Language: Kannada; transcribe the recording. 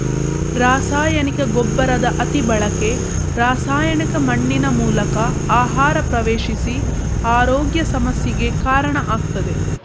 ರಾಸಾಯನಿಕ ಗೊಬ್ಬರದ ಅತಿ ಬಳಕೆ ರಾಸಾಯನಿಕ ಮಣ್ಣಿನ ಮೂಲಕ ಆಹಾರ ಪ್ರವೇಶಿಸಿ ಆರೋಗ್ಯ ಸಮಸ್ಯೆಗೆ ಕಾರಣ ಆಗ್ತದೆ